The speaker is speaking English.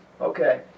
okay